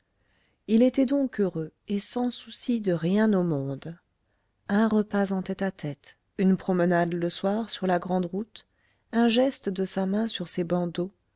il était donc heureux et sans souci de rien au monde un repas en tête-à-tête une promenade le soir sur la grande route un geste de sa main sur ses bandeaux